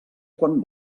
quan